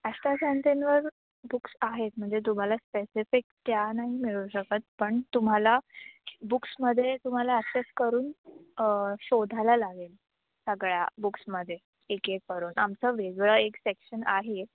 ॲस्टासांतीनवर books आहेत म्हणजे तुम्हाला स्पेसिफिक त्या नाही मिळू शकत पण तुम्हाला बुक्समध्ये तुम्हाला ॲक्सेस करून शोधायला लागेल सगळ्या बुक्समध्ये एक एक करून आमचं वेगळं एक सेक्शन आहे